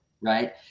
right